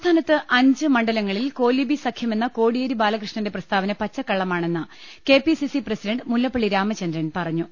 സംസ്ഥാനത്തെ അഞ്ചു മണ്ഡലങ്ങളിൽ കോലിബി സഖ്യ മെന്ന കോടിയേരി ബാലകൃഷ്ണന്റെ പ്രസ്താവന പച്ചക്കള്ളമാ ണെന്ന് K P C C president Mullappally Ramachandran പറ ഞ്ഞു